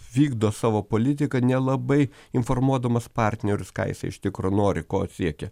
vykdo savo politiką nelabai informuodamas partnerius ką jisai iš tikro nori ko siekia